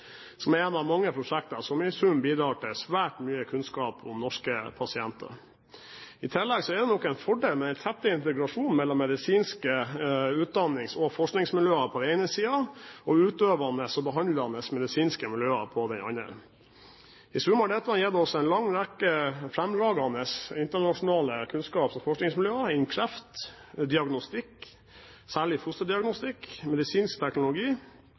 det nok en fordel med den tette integrasjonen mellom medisinske utdannings- og forskningsmiljøer på den ene side og utøvende og behandlende medisinske miljøer på den andre. I sum har dette gitt oss en lang rekke fremragende internasjonale kunnskaps- og forskningsmiljøer innen kreft, diagnostikk – særlig fosterdiagnostikk – og medisinsk teknologi.